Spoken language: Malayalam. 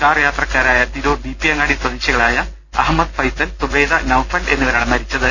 കാർ യാത്രക്കാരായ തിരൂർ ബി പി അങ്ങാടി സദേ ശികളായ അഹമ്മദ് ഫൈസൽ സുബൈദ നൌഫൽ എന്നി വരാണ് മരിച്ചത്